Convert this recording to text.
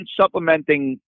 supplementing